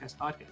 podcast